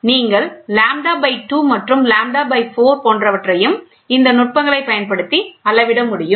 நீங்கள் λ by 2 மற்றும் λ by 4 போன்றவற்றையும் இந்த நுட்பங்களை பயன்படுத்தி அளவிட முடியும்